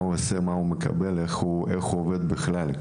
מה הוא עושה, מה הוא מקבל ואיך הוא עובד, בכלל.